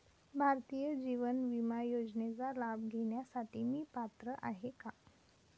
भारतीय जीवन विमा योजनेचा लाभ घेण्यासाठी मी पात्र आहे का?